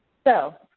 so,